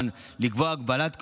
לקבוע הגבלת כהונה,